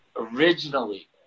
originally